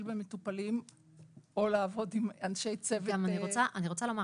במטופלים או לעבוד עם אנשי צוות --- גם אני רוצה לומר,